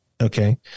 Okay